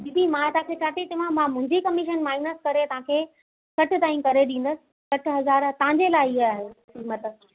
दीदी मां तव्हांखे छा थी चवां मां मुंहिंजी कमीशन माइनस करे तव्हांखे सठि ताईं करे ॾींदसि सठि हज़ार तव्हांजे लाइ ई आहे क़ीमत